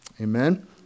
Amen